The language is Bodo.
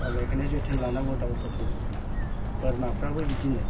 दा बेखायनो जोथोन लानांगौ दावफोरखौबो बोरमाफ्राबो बिदिनो